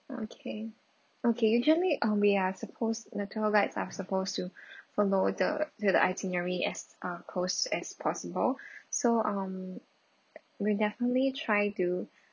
okay okay usually um we are supposed the tour guides are supposed to follow the the itinerary as uh close as possible so um we definitely try to